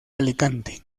alicante